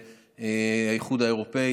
האיחוד האירופי.